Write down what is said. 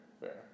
fair